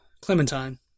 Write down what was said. Clementine